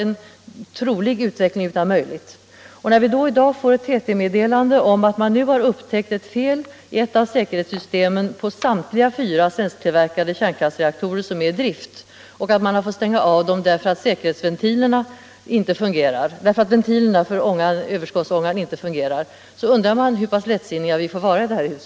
När vi då i dag får ett TT-meddelande om att man nu har upptäckt ett fel i ett av säkerhetssystemen på samtliga fyra svensktillverkade kärnkraftsreaktorer som är i drift och att man har fått stänga av dem därför att ventilerna för överskottsångan inte fungerar, undrar man hur lättsinniga vi får vara i detta hus.